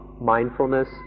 mindfulness